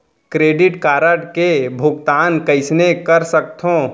Credit card के भुगतान कइसने कर सकथो?